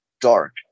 dark